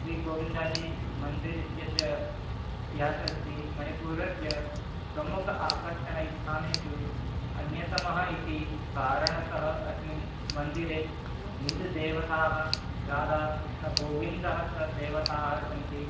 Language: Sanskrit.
श्रीगोविन्दजीमन्दिरम् इत्यस्य इतिहासः अस्ति मणिपुरस्य प्रमुख आकर्षणस्थानेषु अन्यतमः इति कारणतः अस्मिन् मन्दिरे इन्द्रदेवताः राधाकृष्णगोविन्दः च देवताः सन्ति